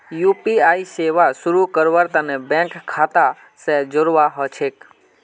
UPI सेवा शुरू करवार तने बैंक खाता स जोड़वा ह छेक